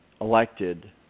elected